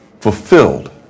fulfilled